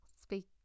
speak